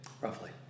Roughly